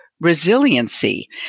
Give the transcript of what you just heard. resiliency